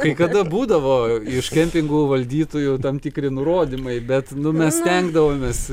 kai kada būdavo iš kempingų valdytojų tam tikri nurodymai bet mes stengdavomės